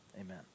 Amen